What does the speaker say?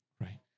right